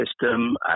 system